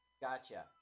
Gotcha